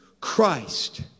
Christ